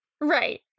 right